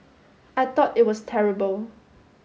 I thought it was terrible